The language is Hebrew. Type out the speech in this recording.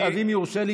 אז אם יורשה לי,